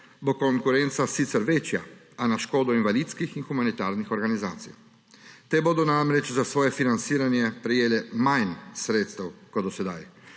bo konkurenca sicer večja, a na škodo invalidskih in humanitarnih organizacij. Te bodo namreč za svoje financiranje prejele manj sredstev kot do sedaj.